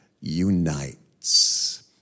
unites